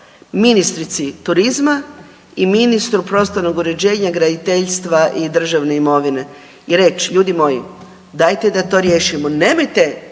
ministrici turizma i ministru prostornog uređenja, graditeljstva i državne imovine i reć, ljudi moji dajte da to riješimo, nemojte